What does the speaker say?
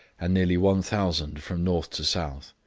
and nearly one thousand from north to south,